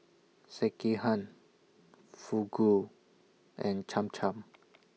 Sekihan Fugu and Cham Cham